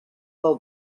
del